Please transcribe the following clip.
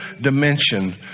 dimension